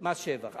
מס שבח.